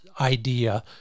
idea